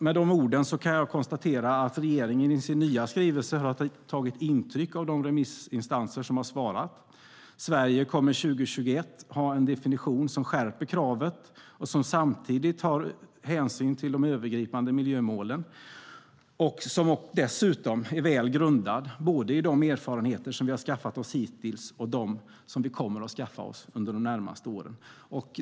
Med de orden kan jag konstatera att regeringen i sin nya skrivelse har tagit intryck av de remissinstanser som har svarat. Sverige kommer 2021 att ha en definition som skärper kravet och samtidigt tar hänsyn till de övergripande miljömålen och som dessutom är väl grundad både i de erfarenheter som vi har skaffat oss hittills och de som vi kommer att skaffa oss under de närmaste åren.